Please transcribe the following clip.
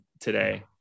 today